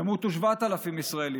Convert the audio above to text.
ימותו 7,000 ישראלים,